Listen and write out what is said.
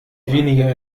weniger